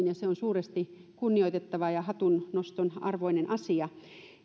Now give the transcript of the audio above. ja se on suuresti kunnioitettava ja hatunnoston arvoinen asia